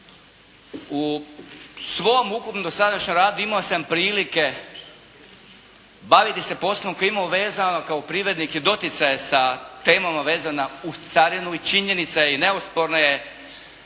U svom ukupnom dosadašnjem radu imao sam prilike baviti se poslom koji je imao vezano kao privrednik i doticaje sa temama vezana uz carinu i činjenica je i neosporna je